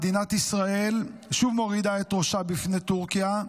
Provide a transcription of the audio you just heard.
מדינת ישראל שוב מורידה את ראשה בפני טורקיה,